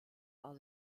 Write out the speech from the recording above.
are